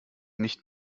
nicht